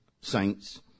saints